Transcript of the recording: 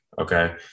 okay